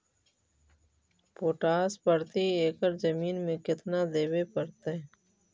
Potash प्रति एकड़ जमीन में केतना देबे पड़तै?